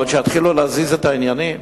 אבל שיתחילו להזיז את העניינים.